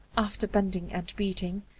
after bending and beating,